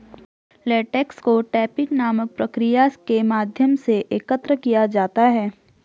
latex को tapping नामक प्रक्रिया के माध्यम से एकत्र किया जाता है